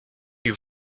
you